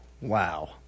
Wow